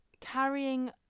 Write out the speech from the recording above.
carrying